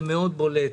זה אכן נושא בולט,